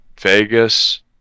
Vegas